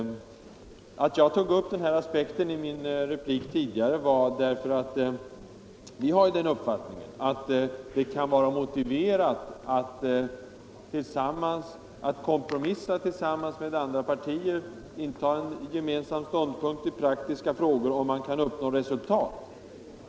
Att jag tog upp den här aspekten i min tidigare replik beror på att vi har den uppfattningen att det kan vara motiverat att kompromissa med andra partier och inta en gemensam ståndpunkt i praktiska frågor, om man därmed kan uppnå resultat.